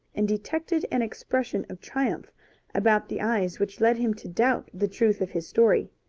and detected an expression of triumph about the eyes which led him to doubt the truth of his story.